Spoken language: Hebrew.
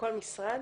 לכל משרד?